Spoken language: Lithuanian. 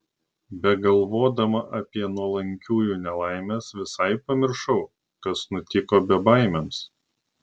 begalvodama apie nuolankiųjų nelaimes visai pamiršau kas nutiko bebaimiams